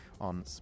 on